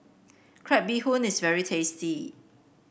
Crab Bee Hoon is very tasty